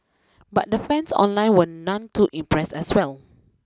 but the fans online were none too impressed as well